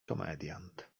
komediant